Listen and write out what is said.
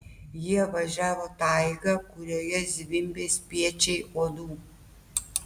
jie važiavo taiga kurioje zvimbė spiečiai uodų